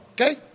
Okay